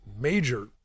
major